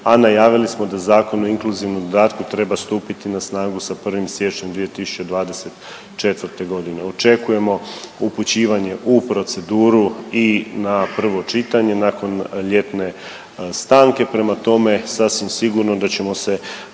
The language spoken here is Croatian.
a najavili smo da Zakon o inkluzivnom dodatku treba stupiti na snagu sa 1. siječnjem 2024. godine. Očekujemo upućivanje u proceduru i na prvo čitanje nakon ljetne stanke. Prema tome, sasvim sigurno da ćemo se